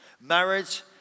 marriage